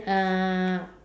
uh